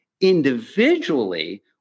Individually